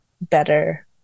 better